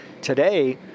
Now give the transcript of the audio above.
today